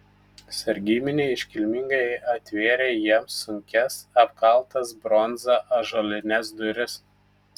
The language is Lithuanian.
sargybiniai iškilmingai atvėrė jiems sunkias apkaltas bronza ąžuolines duris